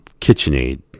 KitchenAid